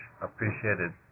appreciated